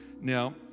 Now